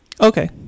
Okay